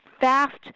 fast